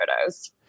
photos